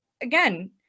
again